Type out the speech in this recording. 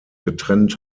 getrennt